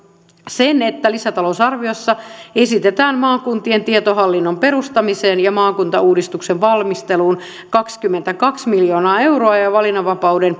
sen että lisätalousarviossa esitetään maakuntien tietohallinnon perustamiseen ja maakuntauudistuksen valmisteluun kaksikymmentäkaksi miljoonaa euroa ja ja valinnanvapauden